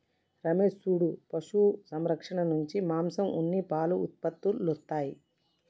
రమేష్ సూడు పశు సంరక్షణ నుంచి మాంసం ఉన్ని పాలు ఉత్పత్తులొస్తాయి